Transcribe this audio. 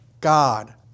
God